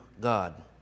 God